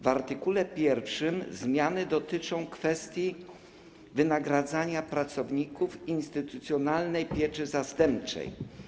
W art. 1 zmiany dotyczą kwestii wynagradzania pracowników instytucjonalnej pieczy zastępczej.